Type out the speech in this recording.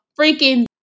freaking